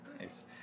Nice